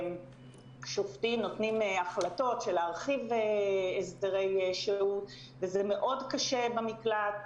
שופטים נותנים החלטות להרחיב הסדרי שהות וזה מאוד קשה במקלט,